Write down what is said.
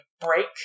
break